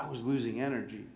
i was losing energy